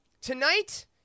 tonight